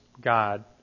God